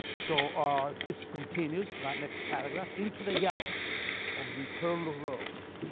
so ah this continues, like next paragraph, into the yellow of the eternal rose,